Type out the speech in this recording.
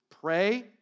Pray